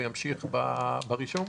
וימשיך ברישום?